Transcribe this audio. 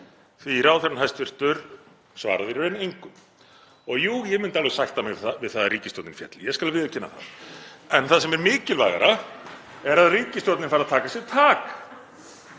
ráðherrann svaraði í raun engu. Og jú, ég myndi alveg sætta mig við það að ríkisstjórnin félli, ég skal viðurkenna það, en það sem er mikilvægara er að ríkisstjórnin fari að taka sér tak,